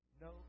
No